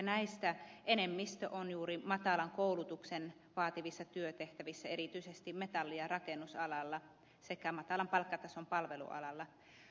näistä enemmistö on juuri matalan koulutuksen vaativissa työtehtävissä erityisesti metalli ja rakennusalalla sekä matalan palkkatason palvelualalla